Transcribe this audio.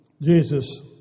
Jesus